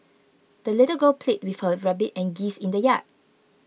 the little girl played with her rabbit and geese in the yard